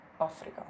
Africa